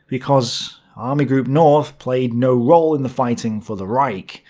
because army group north played no role in the fighting for the reich.